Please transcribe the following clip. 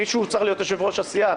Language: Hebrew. מישהו צריך להיות יושב-ראש הסיעה.